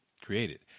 created